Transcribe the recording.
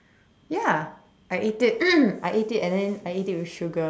ya I ate it I ate it and then I ate it with sugar